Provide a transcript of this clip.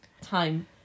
time